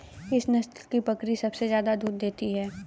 किस नस्ल की बकरी सबसे ज्यादा दूध देती है?